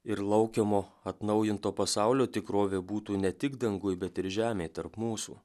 ir laukiamo atnaujinto pasaulio tikrovė būtų ne tik danguj bet ir žemėj tarp mūsų